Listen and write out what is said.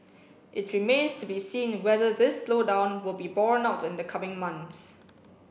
it remains to be seen whether this slowdown will be borne out in the coming months